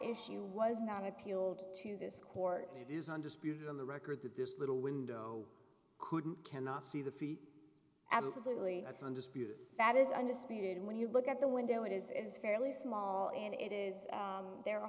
issue was not appealed to this court it is undisputed on the record that this little window couldn't cannot see the feet absolutely that's undisputed that is undisputed when you look at the window it is is fairly small and it is there are